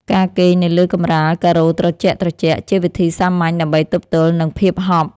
ការគេងនៅលើកម្រាលការ៉ូត្រជាក់ៗ ជាវិធីសាមញ្ញដើម្បីទប់ទល់នឹងភាពហប់។